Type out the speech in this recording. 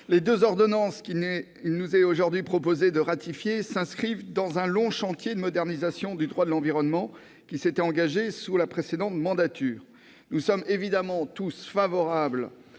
les deux ordonnances qu'il nous est aujourd'hui proposé de ratifier s'inscrivent dans un long chantier de modernisation du droit de l'environnement qui s'est engagé sous la précédente mandature. Nous sommes évidemment tous favorables